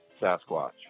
Sasquatch